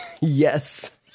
Yes